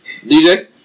DJ